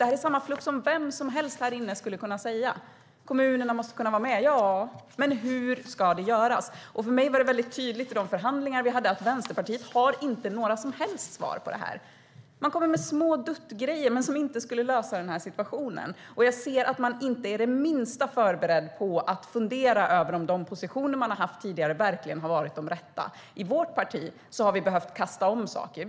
Det är samma fluff som vem som helst här inne skulle kunna säga. Kommunerna måste kunna vara med - ja, men hur ska det göras? För mig var det väldigt tydligt i de förhandlingar vi hade att Vänsterpartiet inte har några som helst svar på dessa frågor. Man kommer med små duttgrejer som inte skulle lösa situationen, och jag ser att man inte är det minsta förberedd på att fundera över om de positioner man har haft tidigare verkligen har varit de rätta. I vårt parti har vi behövt kasta om saker.